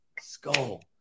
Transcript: Skull